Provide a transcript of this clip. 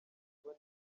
ivuye